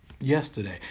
yesterday